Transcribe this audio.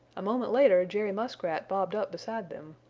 a moment later jerry muskrat bobbed up beside them.